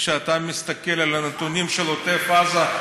כשאתה מסתכל על הנתונים של עוטף עזה,